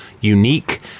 unique